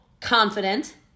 confident